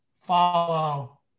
follow